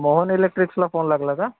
मोहन इलेक्ट्रिक्सला फोन लागला का